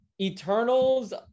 Eternals